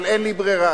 אבל אין לי ברירה.